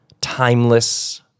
timeless